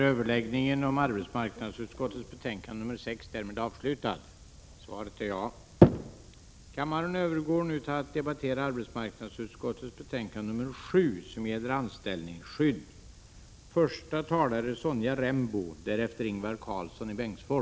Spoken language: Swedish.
Kammaren övergår nu till att debattera utrikesutskottets betänkande 3 om den svenska krigsmaterielexporten och vissa därmed sammanhängande frågor.